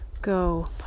Go